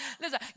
Listen